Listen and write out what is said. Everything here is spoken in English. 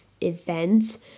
events